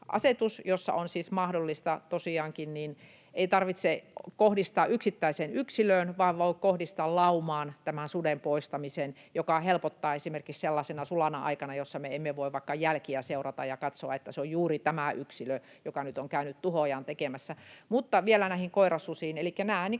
jossa on siis mahdollista tosiaankin se, että ei tarvitse kohdistaa yksittäiseen yksilöön vaan voi kohdistaa laumaan tämän suden poistamisen, mikä helpottaa esimerkiksi sellaisena sulana aikana, jolloin me emme voi vaikka jälkiä seurata ja katsoa, että se on juuri tämä yksilö, joka nyt on käynyt tuhojaan tekemässä. Mutta vielä näihin koirasusiin. Elikkä nämähän